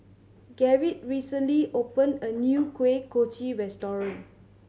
Gerrit recently opened a new Kuih Kochi restaurant